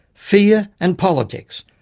fear and politics.